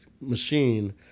machine